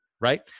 right